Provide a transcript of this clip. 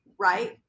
Right